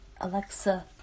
Alexa